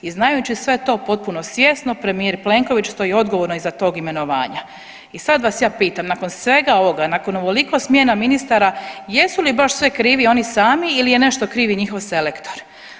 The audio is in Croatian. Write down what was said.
I znajući sve to potpuno svjesno premijer Plenković stoji odgovorno iza tog imenovanja i sad vas ja pitam nakon svega ovoga, nakon ovoliko smjena ministara jesu li baš sve krivi oni sami ili je nešto kriv i njihov selektor.